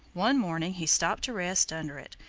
one morning he stopped to rest under it.